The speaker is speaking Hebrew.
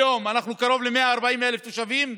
היום אנחנו קרוב ל-140,000 תושבים,